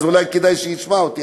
אז אולי כדאי שישמע אותי.